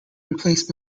replaced